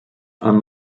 are